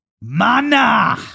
Mana